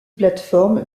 plateforme